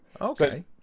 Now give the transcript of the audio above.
Okay